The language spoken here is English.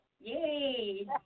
Yay